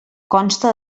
consta